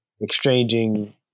exchanging